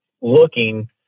looking